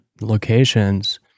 locations